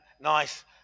nice